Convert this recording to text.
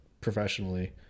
professionally